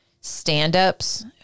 stand-ups